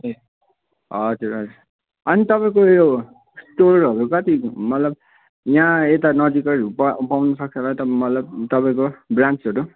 ए हजुर हजुर अनि तपाईँको यो स्टोरहरू कति मतलब यहाँ यता नजिकै पा पाउनसक्छ होला मतलब तपाईँको ब्रान्चहरू